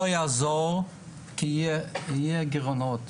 יהיו גירעונות.